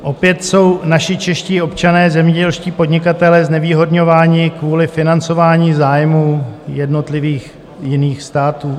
Opět jsou naši čeští občané, zemědělští podnikatelé, znevýhodňováni kvůli financování zájmů jednotlivých jiných států.